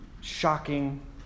shocking